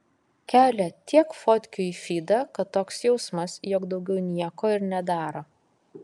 kelia tiek fotkių į fydą kad toks jausmas jog daugiau nieko ir nedaro